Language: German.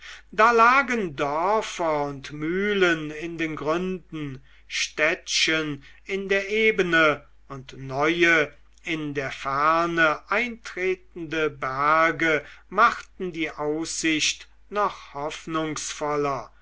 da lagen dörfer und mühlen in den gründen städtchen in der ebene und neue in der ferne eintretende berge machten die aussicht noch hoffnungsvoller